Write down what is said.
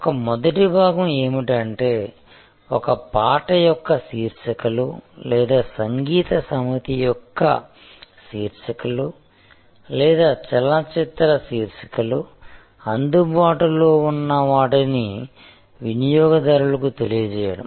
ఒక మొదటి భాగం ఏమిటంటే ఒక పాట యొక్క శీర్షికలో లేదా సంగీత సమితి యొక్క శీర్షికలో లేదా చలన చిత్ర శీర్షికలో అందుబాటులో ఉన్న వాటిని వినియోగదారులకు తెలియజేయడం